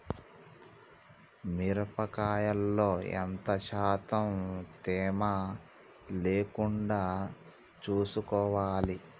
మిరప కాయల్లో ఎంత శాతం తేమ లేకుండా చూసుకోవాలి?